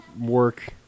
work